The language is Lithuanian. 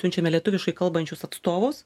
siunčiame lietuviškai kalbančius atstovus